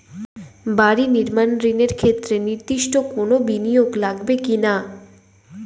বাড়ি নির্মাণ ঋণের ক্ষেত্রে নির্দিষ্ট কোনো বিনিয়োগ লাগবে কি না?